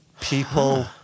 People